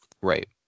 Right